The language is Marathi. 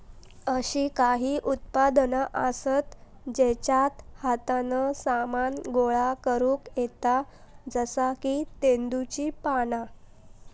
अशी काही उत्पादना आसत जेच्यात हातान सामान गोळा करुक येता जसा की तेंदुची पाना